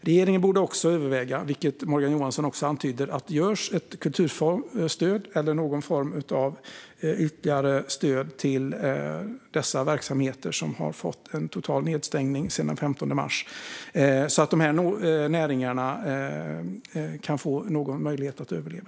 Regeringen borde också överväga, vilket Morgan Johansson också antyder görs, ett kulturstöd eller någon form av ytterligare stöd till dessa verksamheter, som har drabbats av total nedstängning sedan den 15 mars, så att de kan få någon möjlighet att överleva.